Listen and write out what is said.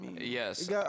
Yes